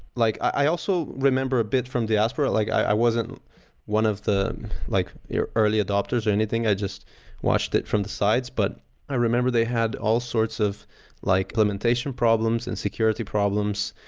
like i also remember a bit from diaspora, like i wasn't one of the like the early adopters or anything, i just watched it from the sides. but i remember they had all sorts of like limitation problems and security problems.